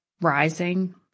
rising